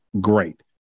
Great